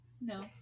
no